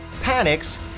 panics